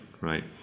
right